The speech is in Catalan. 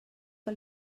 que